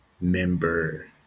member